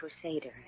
crusader